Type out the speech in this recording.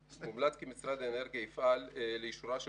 מומלץ כי משרד האנרגיה יפעל לאישורה של